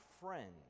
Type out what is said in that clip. friend